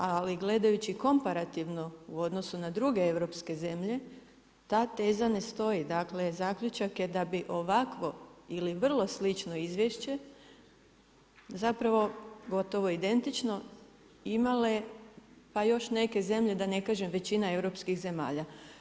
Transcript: Ali gledajući komparativno u odnosu na druge europske zemlje, ta teza ne stoji, dakle, zaključak je da bi ovakvo ili vrlo slično izvješće zapravo gotovo identično imale pa još neke zemlje da ne kažem većina europskih zemalja.